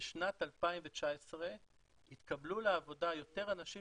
בשנת 2019 התקבלו לעבודה יותר אנשים